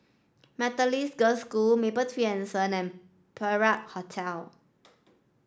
Methodist Girls' School Mapletree Anson and Perak Hotel